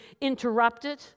interrupted